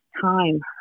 time